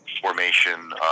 formation